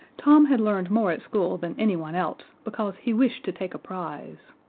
tom had learned more at school than anyone else, because he wished to take a prize.